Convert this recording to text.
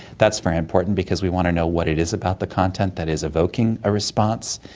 that's very important because we want to know what it is about the content that is evoking a response.